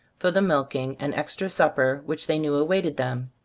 for the milking and extra supper which they knew awaited them.